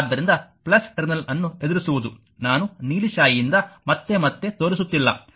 ಆದ್ದರಿಂದ ಟರ್ಮಿನಲ್ ಅನ್ನು ಎದುರಿಸುವುದು ನಾನು ನೀಲಿ ಶಾಯಿಯಿಂದ ಮತ್ತೆ ಮತ್ತೆ ತೋರಿಸುತ್ತಿಲ್ಲ